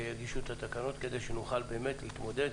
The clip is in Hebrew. שיגישו את התקנות כדי שנוכל להתמודד